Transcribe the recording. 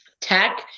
tech